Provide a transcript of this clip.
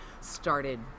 started